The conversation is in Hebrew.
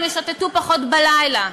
הם ישוטטו פחות בלילה.